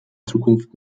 zukunft